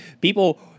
people